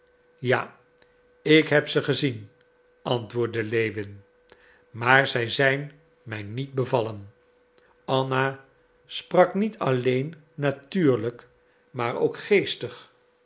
ja ik heb ze gezien antwoordde lewin maar zij zijn mij niet bevallen anna sprak niet alleen natuurlijk maar ook geestig